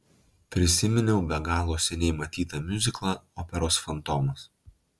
prisiminiau be galo seniai matytą miuziklą operos fantomas